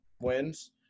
wins